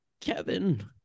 Kevin